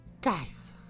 guys